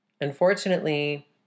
Unfortunately